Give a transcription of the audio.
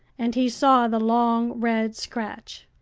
and he saw the long red scratch.